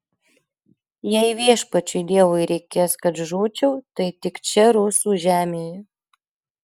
jei viešpačiui dievui reikės kad žūčiau tai tik čia rusų žemėje